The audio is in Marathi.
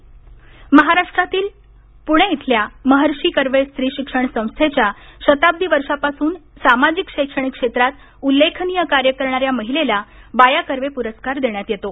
बाया कर्वे महाराष्ट्रातील पुणे इथल्या महर्षी कर्वे स्त्री शिक्षण संस्थेच्या शताब्दी वर्षापासून सामाजिक शैक्षणिक क्षेत्रात उल्लेखनीय कार्य करणा या महिलेला बाया कर्वे पुरस्कार देण्यात येतो